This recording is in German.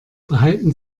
behalten